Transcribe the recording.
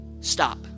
Stop